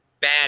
bad